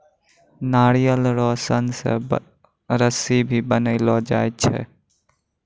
नारियल रो सन से रस्सी भी बनैलो जाय छै